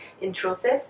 intrusive